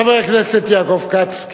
חבר הכנסת יעקב כץ,